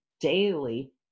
daily